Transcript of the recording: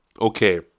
Okay